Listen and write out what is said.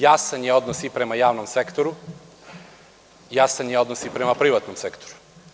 Jasan je odnos i prema javnom sektoru, jasan je odnos i prema privatnom sektoru.